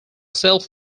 self